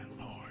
Lord